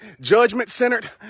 judgment-centered